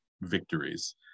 victories